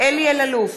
אלי אלאלוף,